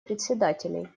председателей